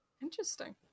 Interesting